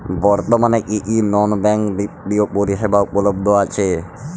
বর্তমানে কী কী নন ব্যাঙ্ক বিত্তীয় পরিষেবা উপলব্ধ আছে?